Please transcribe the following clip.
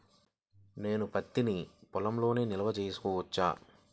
నేను పత్తి నీ పొలంలోనే నిల్వ చేసుకోవచ్చా?